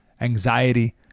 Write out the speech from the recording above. anxiety